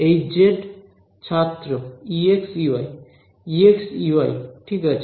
Hz ছাত্র Ex Ey Ex Ey ঠিক আছে